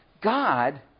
God